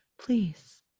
please